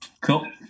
Cool